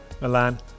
Milan